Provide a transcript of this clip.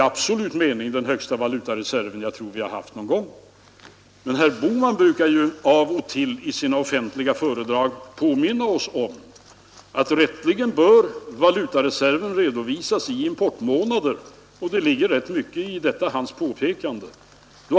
I absolut mening tror jag det är den största valutareserv vi har haft någon gång. Men herr Bohman brukar av och till i sina offentliga föredrag påminna om att valutareserven rätteligen bör redovisas i importmånader, och det ligger ganska mycket i det påståendet.